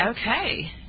okay